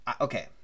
okay